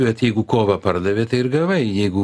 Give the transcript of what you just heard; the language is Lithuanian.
bet jeigu kovą pardavė tai ir gavai jeigu